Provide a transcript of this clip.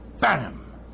bam